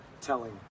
telling